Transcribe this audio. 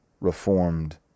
Reformed